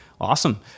Awesome